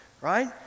right